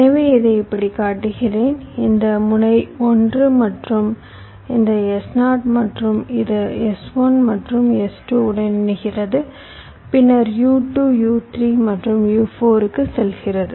எனவே இதை இப்படி காட்டுகிறேன் இந்த முனை 1 மற்றும் இந்த S0 மற்றும் இது S1 மற்றும் S2 உடன் இணைகிறது பின்னர் U2 U3 மற்றும் U4 க்கு செல்கிறது